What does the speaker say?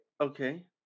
Okay